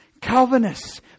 Calvinists